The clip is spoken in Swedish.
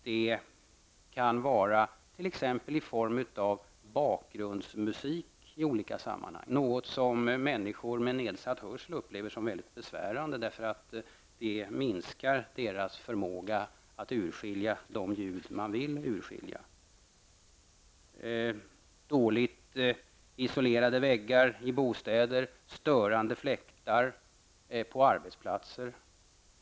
Det kan vara t.ex. i form av bakgrundsmusik i olika sammanhang, något som människor med nedsatt hörsel upplever som mycket besvärande, därför att det minskar deras förmåga att urskilja de ljud de vill urskilja. Det kan vidare vara dåligt isolerade väggar i bostäder eller störande fläktar på arbetsplatser.